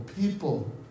people